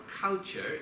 culture